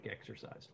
exercise